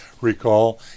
recall